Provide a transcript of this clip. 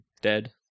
dead